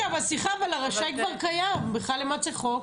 סליחה, הרשאי כבר קיים אז בשביל מה צריך חוק?